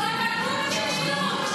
גם אם זה קשה.